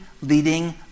leading